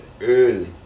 early